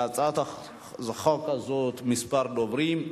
בהצעת החוק הזאת כמה דוברים.